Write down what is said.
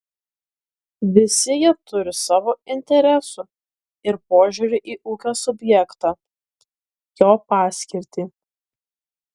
visi jie turi savo interesų ir požiūrį į ūkio subjektą jo paskirtį